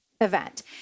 event